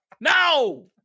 no